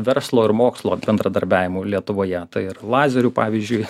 verslo ir mokslo bendradarbiavimu lietuvoje tai ir lazerių pavyzdžiui